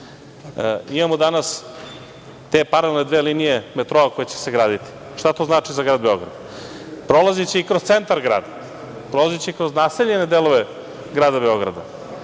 tako? Imamo danas te paralelne dve linije metroa koje će se graditi. Šta to znači za grad Beograd? Prolaziće i kroz centar grada, prolaziće kroz naseljene delove grada Beograda. Njima